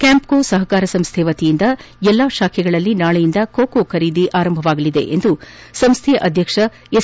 ಕ್ಯಾಂಪೋ ಸಹಕಾರಿ ಸಂಸ್ತೆ ವತಿಯಿಂದ ಎಲ್ಲಾ ಶಾಖೆಗಳಲ್ಲಿ ನಾಳೆಯಿಂದ ಕೊಕೊ ಖರೀದಿ ಆರಂಭವಾಗಲಿದೆ ಎಂದು ಸಂಸ್ವೆಯ ಅಧ್ಯಕ್ಷ ಎಸ್